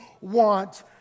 want